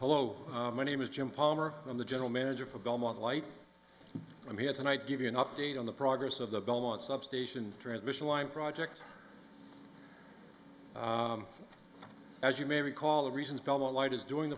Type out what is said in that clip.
hello my name is jim palmer and the general manager for belmont light i'm here tonight to give you an update on the progress of the belmont substation transmission line project as you may recall the reasons go light is doing